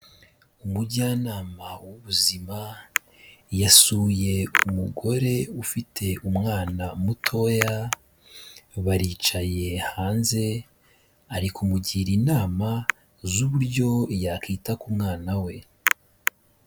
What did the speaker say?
Umujyanama w'ubuzima yasuye umugore ufite umwana mutoya, baricaye hanze, ari kumugira inama z'uburyo yakwita ku mwana we.